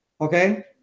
Okay